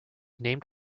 named